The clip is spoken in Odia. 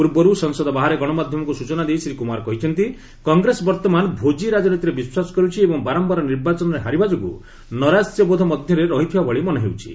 ପୂର୍ବରୁ ସଂସଦ ବାହାରେ ଗଣମାଧ୍ୟମକୁ ସ୍ତଚନା ଦେଇ ଶ୍ରୀ କୁମାର କହିଛନ୍ତି କଗ୍ରେସ ବର୍ତ୍ତମାନ ଭୋଜି ରାଜନୀତିରେ ବିଶ୍ୱାସ କରୁଛି ଏବଂ ବାରମ୍ଭାର ନିର୍ବାଚନରେ ହାରିବା ଯୋଗୁଁ ନୈରାଶ୍ୟବୋଧ ମଧ୍ୟରେ ରହିଥିବା ଭଳି ମନେ ହେଉଛି